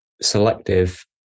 selective